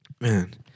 man